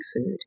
food